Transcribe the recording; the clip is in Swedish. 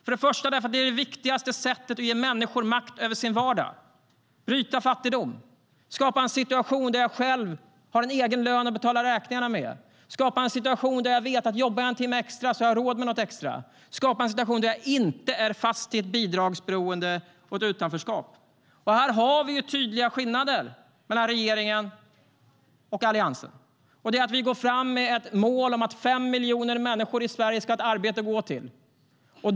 Först och främst är det nämligen det viktigaste för att ge människor makt över sin vardag, för att bryta fattigdom och skapa en situation där människor har en egen lön att betala räkningarna med. Det handlar om att skapa en situation där jag vet att jag, om jag jobbar en timme extra, har råd med något extra. Det handlar om att skapa en situation där jag inte är fast i ett bidragsberoende och ett utanförskap. Här har vi tydliga skillnader mellan regeringen och Alliansen. Vi går fram med ett mål om att 5 miljoner människor i Sverige ska ha ett arbete att gå till.